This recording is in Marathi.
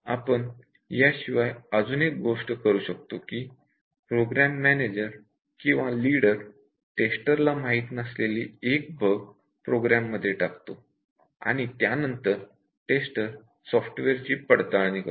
आपण याशिवाय अजून एक गोष्ट करू शकतो की प्रोग्राम मॅनेजर किंवा लीडर टेस्टरला माहीत नसलेली एक बग् प्रोग्राम मध्ये टाकतो आणि त्यानंतर टेस्टर सॉफ्टवेअरची टेस्टिंग करतो